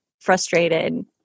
frustrated